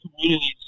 communities